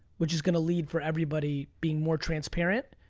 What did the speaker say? which is gonna lead for everybody being more transparent,